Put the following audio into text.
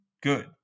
good